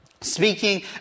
speaking